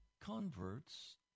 converts